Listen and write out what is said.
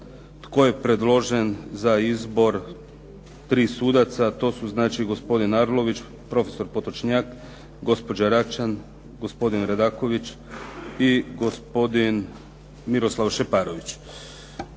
tko je predložen za izbor tri sudaca, to su znači gospodin Arlović, profesor Potočnjak, gospođa Račan, gospodin Radaković i gospodin Miroslav Šeparović.